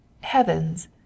heavens